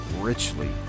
richly